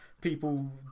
people